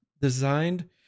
designed